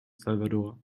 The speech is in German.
salvador